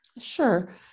Sure